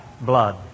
blood